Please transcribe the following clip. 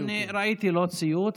לא בטוח.